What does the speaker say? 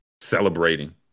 celebrating